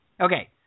Okay